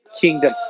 kingdom